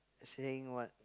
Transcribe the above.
saying what